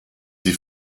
die